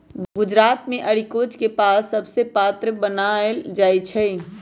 गुजरात मे अरिकोच के पात सभसे पत्रा बनाएल जाइ छइ